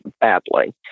badly